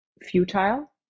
futile